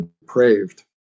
depraved